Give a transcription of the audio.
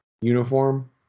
uniform